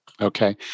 Okay